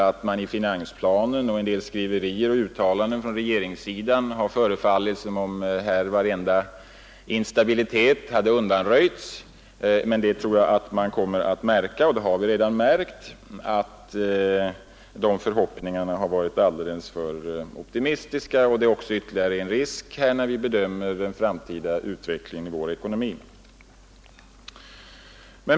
Av finansplanen och av en del skriverier och uttalanden från regeringssidan har det förefallit som om varenda instabilitet hade undanröjts, men jag tror man kommer att märka — vi har för övrigt redan märkt det — att de förhoppningarna har varit alldeles för optimistiska. Det är ytterligare en risk när vi bedömer den framtida utvecklingen i vår ekonomi.